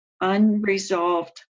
unresolved